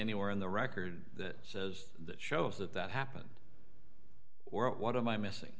anywhere in the record that says that shows that that happened or what am i missing